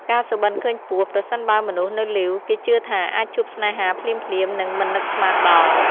ការសុបិនឃើញពស់ ប្រសិនបើមនុស្សនៅលីវ គេជឿថាអាចជួបស្នេហាភ្លាមៗ និងមិននឹកស្មានដល់។